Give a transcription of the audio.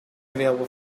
available